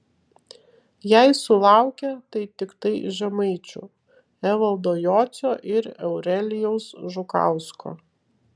jei sulaukė tai tiktai žemaičių evaldo jocio ir eurelijaus žukausko